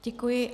Děkuji.